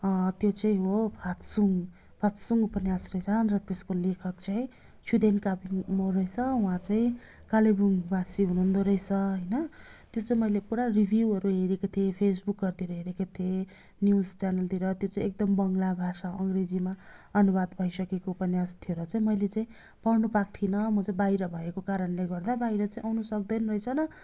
त्यो चाहिँ हो फातसुङ फातसुङ उपन्यास रहेछ अन्त त्यसको लेखक चाहिँ छुदेन काविमो रहेछ उहाँ चाहिँ कालेबुङवासी हुनु हुँदो रहेछ होइन त्यो चाहिँ मैले पुरा रिभ्युहरू हेरेको थिएँ फेसबुकहरूतिर हेरेको थिएँ न्युज च्यानलतिर त्यो चाहिँ एकदम बङ्ग्ला भाषा अङ्ग्रेजीमा अनुवाद भइसकेको उपन्यास थियो र चाहिँ मैले चाहिँं पढ्नु पाएको थिइनँं म चाहिँ बाहिर भएको कारणले गर्दा बाहिर चाहिँ आउन सक्दैन रहेछ नि